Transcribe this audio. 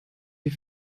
die